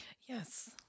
Yes